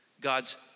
God's